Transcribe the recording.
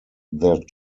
their